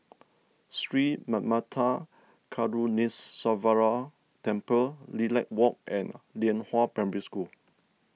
Sri Manmatha Karuneshvarar Temple Lilac Walk and Lianhua Primary School